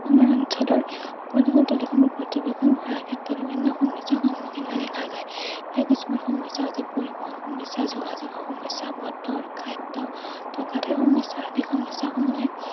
আমাৰ অঞ্চলৰ পৰ্যটনথলীসমূহ পৰ্যবেক্ষণ কৰাৰ ক্ষেত্ৰত বিভিন্ন সমস্যাৰ সন্মুখীন হোৱা দেখা যায় ইয়াৰ কিছুমান সমস্যা হৈছে পৰিৱহণ সমস্যা যোগাযোগৰ সমস্যা বতৰ খাদ্য থকা ঠাই সমস্যা আদি সমস্যাসমূহে